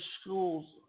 schools